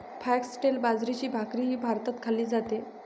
foxtail बाजरीची भाकरीही भारतात खाल्ली जाते